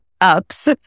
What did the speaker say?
ups